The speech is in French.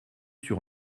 sur